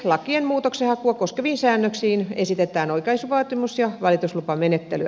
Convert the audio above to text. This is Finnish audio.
lakien muutoksenhakua koskeviin säännöksiin esitetään oikaisuvaatimus ja valituslupamenettelyä